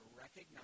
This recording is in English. recognize